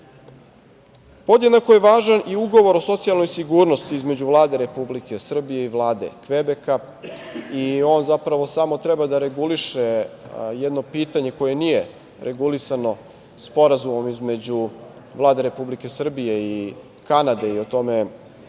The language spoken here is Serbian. je važan i Ugovor o socijalnoj sigurnosti između Vlade Republike Srbije i Vlade Kvebeka, zapravo samo treba da reguliše jedno pitanje koje nije regulisano Sporazumom između Vlade Republike Srbije i Kanade i o tome